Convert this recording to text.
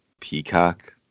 Peacock